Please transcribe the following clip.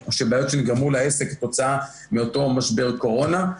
או בעיות שנגרמו לעסק כתוצאה ממשבר הקורונה.